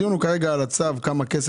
הדיון כרגע הוא על הצו, על הכסף